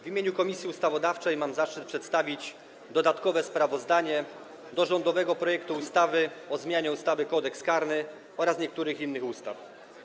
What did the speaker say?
W imieniu Komisji Ustawodawczej mam zaszczyt przedstawić dodatkowe sprawozdanie odnośnie do rządowego projektu ustawy o zmianie ustawy Kodeks karny oraz niektórych innych ustaw.